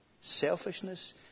Selfishness